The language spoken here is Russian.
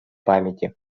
памяти